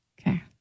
Okay